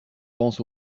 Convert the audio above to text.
pense